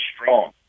strong